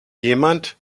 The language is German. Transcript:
jemand